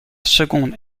seconde